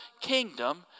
kingdom